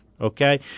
Okay